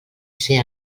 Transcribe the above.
ser